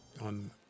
on